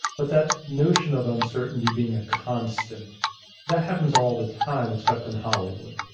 but that notion of uncertainty being a constant that happens all the time except in hollywood.